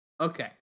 Okay